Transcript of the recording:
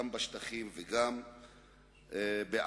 גם בשטחים וגם בעזה.